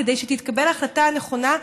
כדי שתתקבל החלטה נכונה,